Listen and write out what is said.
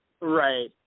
Right